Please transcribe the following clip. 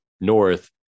North